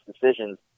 decisions